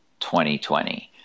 2020